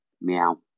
Meow